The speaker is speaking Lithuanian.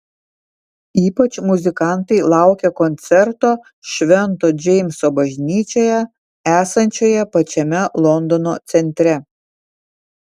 ypač muzikantai laukia koncerto švento džeimso bažnyčioje esančioje pačiame londono centre